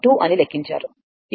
2 అని లెక్కించారు